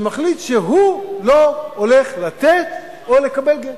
שמחליט שהוא לא הולך לתת או לקבל גט.